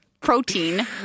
protein